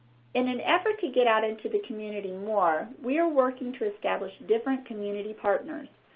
in an effort to get out into the community more, we're working to establish different community partners.